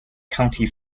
county